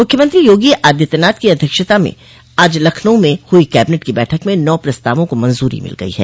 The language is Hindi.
मुख्यमंत्री योगी आदित्यनाथ की अध्यक्षता में आज लखनऊ में हुई कैबिनेट की बैठक में नौ प्रस्तावों को मंजूरी मिल गई है